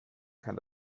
kann